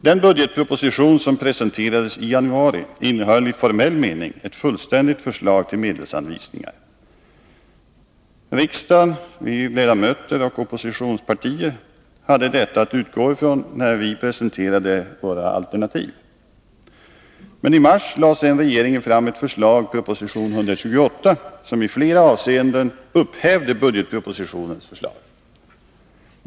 Den budgetproposition som presenterades i januari innehöll i formell mening ett fullständigt förslag till medelsanvisningar. Vi riksdagsledamöter och oppositionspartier hade detta att utgå ifrån när vi presenterade våra alternativ. I mars lade sedan regeringen fram ett förslag, proposition 128, som i flera avseenden upphävde budgetpropositionens förslag.